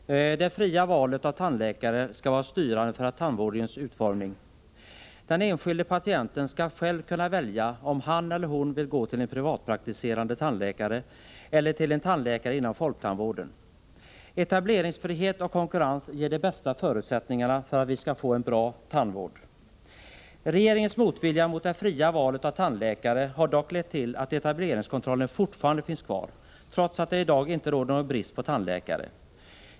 Herr talman! Det fria valet av tandläkare skall vara styrande för tandvårdens utformning. Den enskilde patienten skall själv kunna välja om han eller hon vill gå till en privatpraktiserande tandläkare eller till en tandläkare inom folktandvården. Etableringsfrihet och konkurrens ger de bästa förutsättningarna för att vi skall få en bra tandvård. Regeringens motvilja mot det fria valet av tandläkare har dock lett till att etableringskontrollen fortfarande finns kvar, trots att det i dag inte råder någon brist på tandläkare.